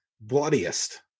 bloodiest